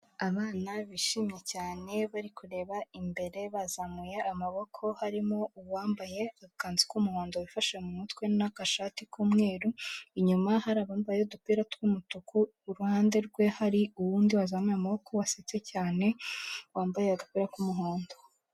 Abana bishimye cyane bari kureba imbere bazamuye amaboko, harimo uwambaye agakanzu k'umuhondo wifashe mu mutwe n'akashati k'umweru. Inyuma hari abambaye udupira tw'umutuku, iruhande rwe hari undi bazamuye amaboko wasetse cyane wambaye agapira k'umuhondo.